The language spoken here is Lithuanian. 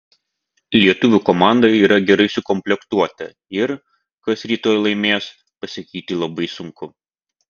lietuvių komanda yra gerai sukomplektuota ir kas rytoj laimės pasakyti labai sunku